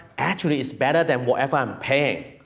actually is better than whatever i'm paying,